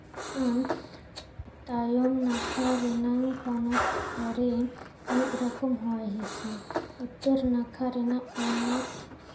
ᱠᱟᱱ ᱛᱟᱭᱚᱢ ᱱᱟᱠᱷᱟ ᱨᱮᱱᱟᱜ ᱯᱚᱱᱚᱛ ᱠᱚᱨᱮᱫ ᱢᱤᱫ ᱨᱚᱠᱚᱢ ᱦᱚᱭ ᱦᱤᱸᱥᱤᱫ ᱩᱛᱛᱚᱨ ᱱᱟᱠᱷᱟ ᱮᱱᱟᱜ ᱯᱚᱱᱚᱛ